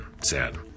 sad